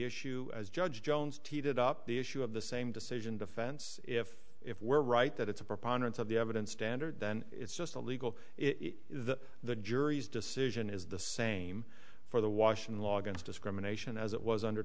issue as judge jones teed it up the issue of the same decision defense if if were right that it's a preponderance of the evidence standard then it's just a legal if the jury's decision is the same for the washing logons discrimination as it was under